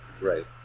Right